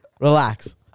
relax